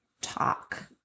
talk